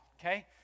okay